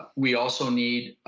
we also need